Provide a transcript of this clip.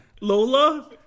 Lola